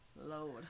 Lord